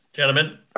gentlemen